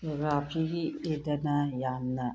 ꯖꯤꯑꯣꯒ꯭ꯔꯥꯐꯤꯒꯤꯗꯅ ꯌꯥꯝꯅ